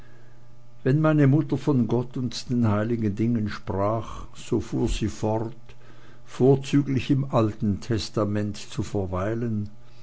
wenn meine mutter von gott und den heiligen dingen sprach so fuhr sie fort vorzüglich im alten testamente zu verweilen